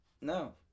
No